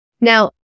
Now